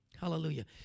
Hallelujah